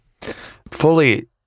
Fully